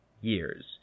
years